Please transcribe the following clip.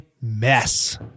mess